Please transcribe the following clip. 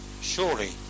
Surely